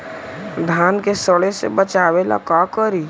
धान के सड़े से बचाबे ला का करि?